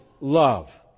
love